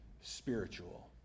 spiritual